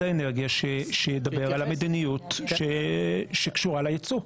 האנרגיה שידבר כאן על המדיניות שקשורה ליצוא.